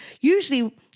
usually